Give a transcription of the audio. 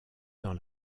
dans